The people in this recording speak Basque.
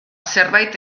zerbait